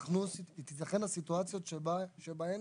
יתכנה סיטואציות שבהן